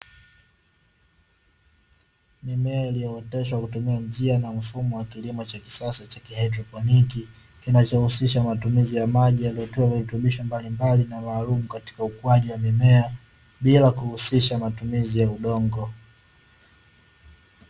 Mimea iliyooteshwa kwa kutumia njia na mfumo wa kilimo cha kisasa cha kihaidroponi, kinachohusisha matumizi ya maji yaliyotiwa virutubisho mbalimbali na maalumu katika ukuaji wa mimea bila kuhusisha matumizi ya udongo.